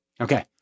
Okay